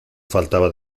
faltaba